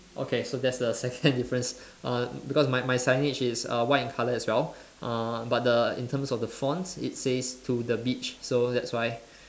okay so that's the second difference uh because my my signage is uh white in colour as well uh but the in terms of the fonts it says to the beach so that's why